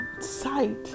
sight